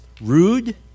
rude